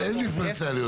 אז אין דיפרנציאליות בזה.